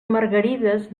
margarides